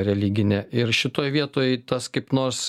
religinė ir šitoj vietoj tas kaip nors